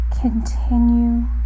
Continue